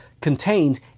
contained